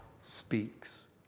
speaks